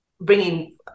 bringing